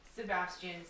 Sebastian's